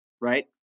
right